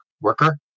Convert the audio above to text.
worker